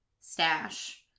stash